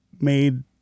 made